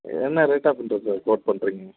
என்ன rate of interest sir quote பண்ணுறீங்க